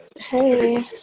Hey